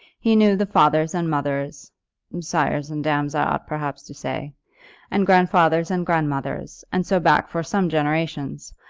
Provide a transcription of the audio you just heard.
he knew the fathers and mothers sires and dams i ought perhaps to say and grandfathers and grandmothers, and so back for some generations,